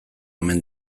omen